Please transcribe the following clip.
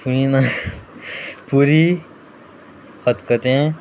सुरी खतखतें